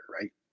Right